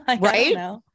right